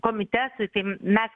komitetui tai mes